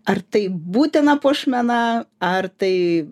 ar tai būtina puošmena ar tai